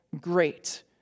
great